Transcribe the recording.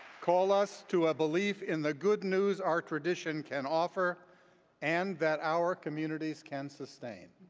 call us to a belief in the good news our tradition can offer and that our communities can sustain.